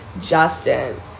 Justin